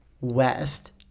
west